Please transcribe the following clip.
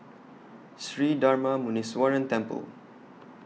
Sri Darma Muneeswaran Temple